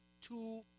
two